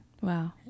Wow